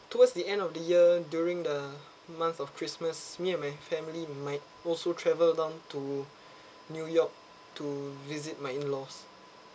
towards the end of the year during the month of christmas me and my family might also travel down to new york to visit my in-laws